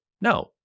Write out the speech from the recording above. no